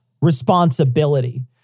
responsibility